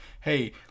hey